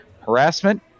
Harassment